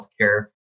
healthcare